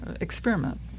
experiment